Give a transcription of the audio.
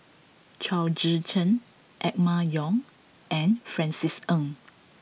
Chao Tzee Cheng Emma Yong and Francis Ng